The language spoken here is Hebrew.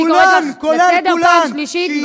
אני קוראת אותך לסדר פעם שלישית.